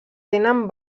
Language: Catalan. tenen